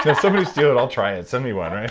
ah somebody steal it. i'll try it. send me one,